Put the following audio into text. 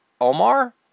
Omar